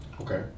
Okay